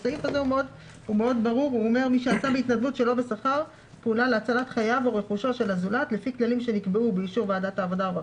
השעה 10:03. אני פותחת את ישיבת ועדת העבודה,